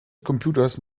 computers